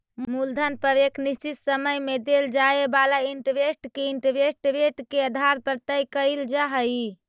मूलधन पर एक निश्चित समय में देल जाए वाला इंटरेस्ट के इंटरेस्ट रेट के आधार पर तय कईल जा हई